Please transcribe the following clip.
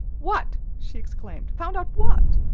what! she exclaimed, found out what?